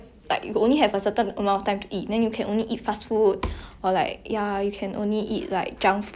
then I feel like it's very bad lah then mm and some more healthy food is very expensive